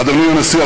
אדוני הנשיא,